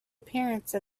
appearance